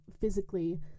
physically